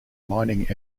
mining